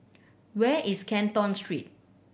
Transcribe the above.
where is Canton Street